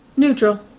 Neutral